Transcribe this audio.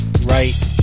right